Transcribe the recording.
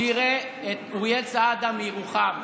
שיראה את אוריאל סעדה מירוחם,